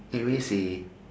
I will say